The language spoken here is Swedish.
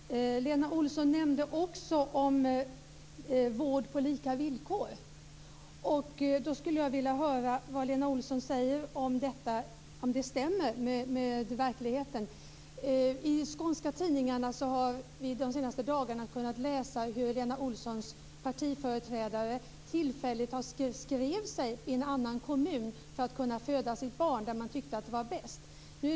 Fru talman! Lena Olsson nämnde också vård på lika villkor. Anser Lena Olsson att följande stämmer med verkligheten? I de skånska tidningarna har vi de senaste dagarna kunnat läsa hur Lena Olssons partiföreträdare tillfälligt skrev sig i en annan kommun för att kunna föda sitt barn där hon tyckte att det var bäst.